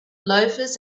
loafers